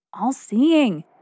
all-seeing